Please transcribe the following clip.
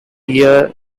year